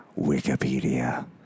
Wikipedia